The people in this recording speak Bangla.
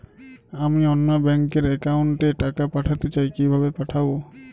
আমি অন্য ব্যাংক র অ্যাকাউন্ট এ টাকা পাঠাতে চাই কিভাবে পাঠাবো?